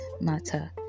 matter